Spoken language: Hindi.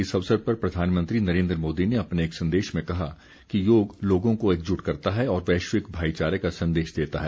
इस अवसर पर प्रधानमंत्री नरेन्द्र मोदी ने अपने एक संदेश में कहा कि योग लोगों को एकजुट करता है और वैश्विक भाईचारे का संदेश देता है